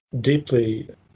deeply